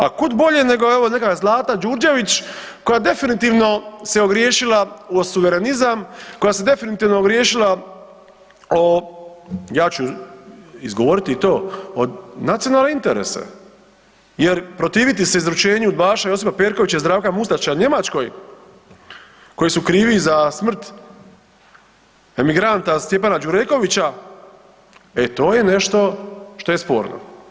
A kud bolje nego evo neka Zlata Đurđević koja definitivno se ogriješila o suverenizam, koja se definitivno ogriješila o, ja ću izgovoriti i to, o nacionalne interese jer protivi se izručenju udbaša Josipa Perkovića i Zdravka Mustača Njemačkoj koji su krivi za smrt emigranta Stjepana Đurekovića, e to je nešto što je sporno.